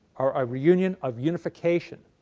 or a reunion of reunification.